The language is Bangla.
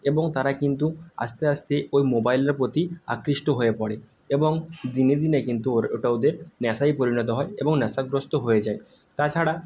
এবং তারা কিন্তু আস্তে আস্তে ওই মোবাইলের প্রতি আকৃষ্ট হয়ে পড়ে এবং দিনে দিনে কিন্তু ওর ওটা ওদের নেশায় পরিণত হয় এবং নেশাগ্রস্ত হয়ে যায় তাছাড়া